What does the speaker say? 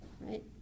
right